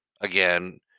again